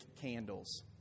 candles